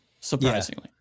surprisingly